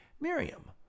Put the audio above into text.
Miriam